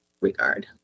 regard